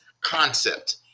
concept